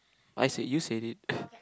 I say you said it